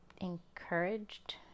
encouraged